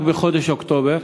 רק בחודש אוקטובר